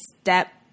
step